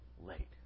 late